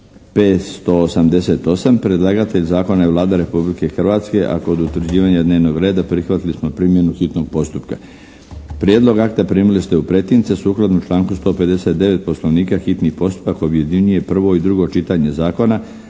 588 Predlagatelj zakona je Vlada Republike Hrvatske a kod utvrđivanja dnevnog reda prihvatili smo primjenu hitnog postupka. Prijedlog akta primili ste u pretince. Sukladno članku 159. Poslovnika, hitni postupak objedinjuje prvo i drugo čitanje zakona.